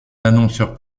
annonceurs